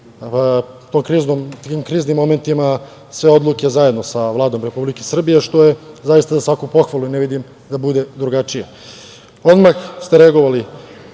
u tim kriznim momentima sve odluke zajedno sa Vladom Republike Srbije, što je zaista za svaku pohvalu i ne vidim da bude drugačije. Odmah ste reagovali